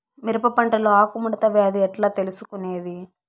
మిరప పంటలో ఆకు ముడత వ్యాధి ఎట్లా తెలుసుకొనేది?